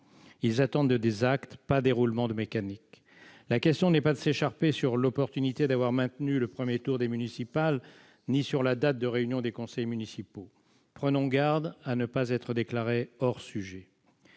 Ils attendent des actes, et non des roulements de mécaniques. La question n'est pas de s'écharper sur l'opportunité d'avoir maintenu le premier tour des élections municipales ou sur la date de réunion des conseils municipaux. Prenons garde à ne pas être déclarés hors sujet.